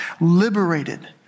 liberated